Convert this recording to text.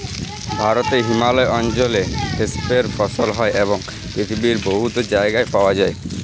ভারতে হিমালয় অল্চলে হেম্পের ফসল হ্যয় এবং পিথিবীর বহুত জায়গায় পাউয়া যায়